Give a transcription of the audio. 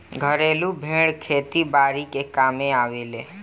घरेलु भेड़ खेती बारी के कामे आवेले